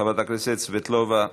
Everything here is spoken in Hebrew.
חברת הכנסת סבטלובה,